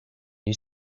you